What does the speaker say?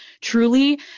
truly